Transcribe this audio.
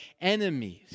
enemies